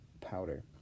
powder